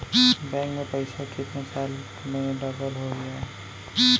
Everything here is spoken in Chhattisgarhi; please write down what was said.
बैंक में पइसा कितने साल में डबल होही आय?